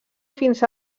fins